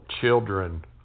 children